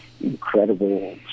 incredible